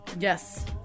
Yes